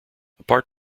apart